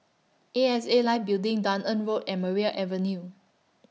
A X A Life Building Dunearn Road and Maria Avenue